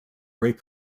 rape